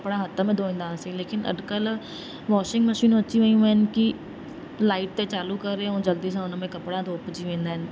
कपिड़ा हथ में धोईंदा हुआसीं लेकिन अॼुकल्ह वॉशिंग मशीनूं अची वियूं आहिनि की लाइट ते चालू करे ऐं जल्दी सां उन में कपिड़ा धोपिजी वेंदा आहिनि